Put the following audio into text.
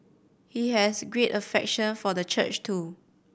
he has great affection for the church too